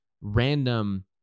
random